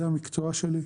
זה המקצוע שלי,